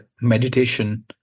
meditation